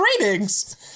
ratings